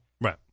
Right